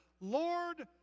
Lord